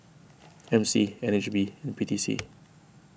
M C N H B and P T C